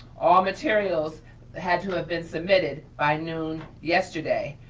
all materials had to have been submitted by noon yesterday.